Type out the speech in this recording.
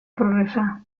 progressar